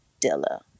Dilla